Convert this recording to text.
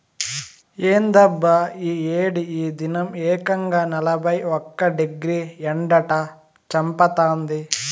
ఏందబ్బా ఈ ఏడి ఈ దినం ఏకంగా నలభై ఒక్క డిగ్రీ ఎండట చంపతాంది